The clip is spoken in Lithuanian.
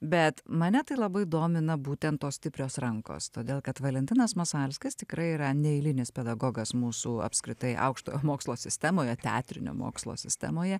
bet mane tai labai domina būtent tos stiprios rankos todėl kad valentinas masalskis tikrai yra neeilinis pedagogas mūsų apskritai aukštojo mokslo sistemoje teatrinio mokslo sistemoje